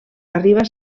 arriba